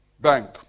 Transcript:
Bank